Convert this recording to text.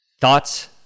Thoughts